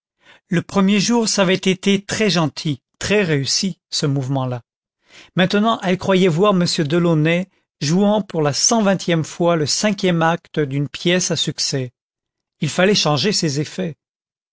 le premier jour ça avait été très gentil très réussi ce mouvement là maintenant elle croyait voir m delaunay jouant pour la cent vingtième fois le cinquième acte d'une pièce à succès il fallait changer ses effets